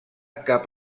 cap